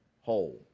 whole